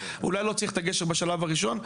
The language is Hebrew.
אולי לא צריך את הגשר בשלב הראשון.